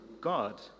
God